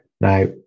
now